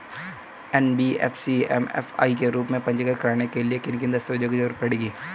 NBFC MFI के रूप में पंजीकृत कराने के लिए किन किन दस्तावेजों की जरूरत पड़ेगी?